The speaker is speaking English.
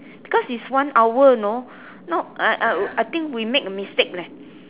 because it's one hour know no uh uh I think we make a mistake leh